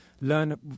learn